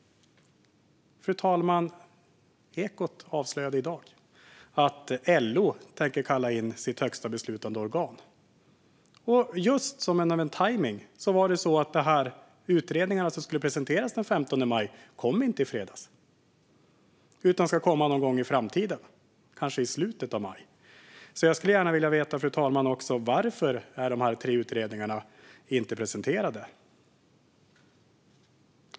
Ekot avslöjade i dag, fru talman, att LO tänker kalla in sitt högsta beslutande organ. Och just som av en tajmning kom inte de här utredningarna som skulle presenteras den 15 maj i fredags utan ska komma någon gång i framtiden, kanske i slutet av maj. Jag skulle gärna vilja veta, fru talman, varför de här tre utredningarna inte är presenterade.